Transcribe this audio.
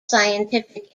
scientific